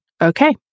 Okay